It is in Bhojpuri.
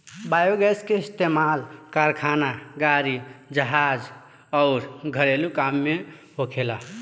बायोगैस के इस्तमाल कारखाना, गाड़ी, जहाज अउर घरेलु काम में होखेला